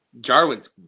Jarwin's